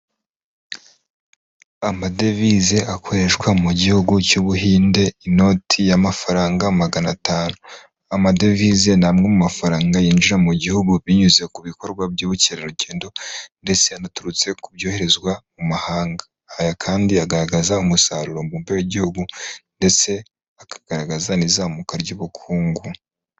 Amadevize akoreshwa mu gihugu cy'Ubuhinde, inoti y'amafaranga magana atanu. Amadevize ni amwe mu mafaranga yinjira mu gihugu binyuze ku bikorwa by'ubukerarugendo ndetse anaturutse ku byoherezwa mu mahanga. Aya kandi agaragaza umusaruro mbumbe w'igihugu ndetse akagaragaza n'izamuka ry'ubukungu.